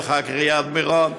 ואחר כך יהיה עד מירון.